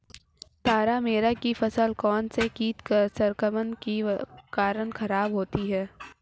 तारामीरा की फसल कौनसे कीट संक्रमण के कारण खराब होती है?